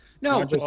No